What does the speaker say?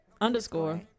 underscore